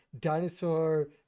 dinosaur